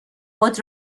خود